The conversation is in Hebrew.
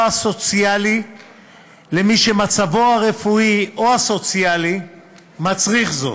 סוציאלי למי שמצבו הרפואי או הסוציאלי מצריך זאת,